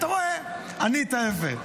אתה רואה, ענית יפה.